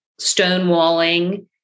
stonewalling